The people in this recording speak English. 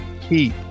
Keep